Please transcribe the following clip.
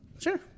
Sure